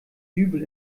dübel